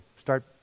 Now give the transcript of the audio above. start